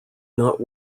not